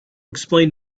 explain